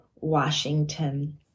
Washington